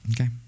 Okay